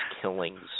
killings